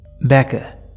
Becca